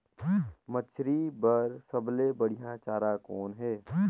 मछरी बर सबले बढ़िया चारा कौन हे?